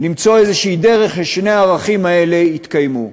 למצוא דרך כלשהי ששני הערכים האלה יתקיימו.